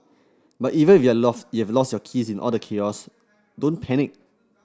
but even if you've lost you've lost your keys in all the chaos don't panic